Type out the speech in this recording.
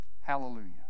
Hallelujah